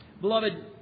Beloved